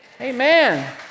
Amen